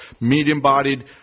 medium-bodied